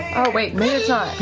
wait, maybe